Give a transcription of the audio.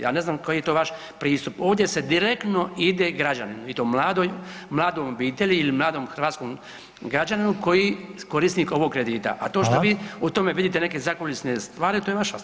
Ja ne znam koji to vaš pristup, ovdje se direktno ide građanima, i to mladoj obitelji ili mladom hrvatskom građaninu koji je korisnik ovog kredita a to što vi u tome vidite neke zakulisne stvari, to je vaša stvar.